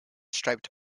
striped